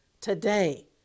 Today